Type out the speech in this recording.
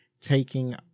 taking